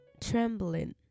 trembling